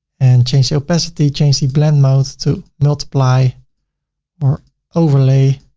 and change the opacity, change the blend mode to multiply or overlay.